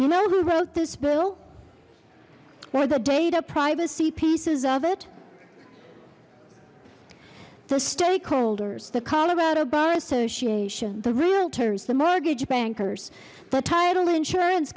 you know who wrote this bill or the date of privacy pieces of it the stakeholders the colorado bar association the realtors the mortgage bankers the title insurance